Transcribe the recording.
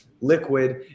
Liquid